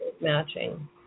matching